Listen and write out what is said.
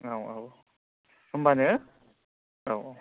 औ औ होनबानो औ औ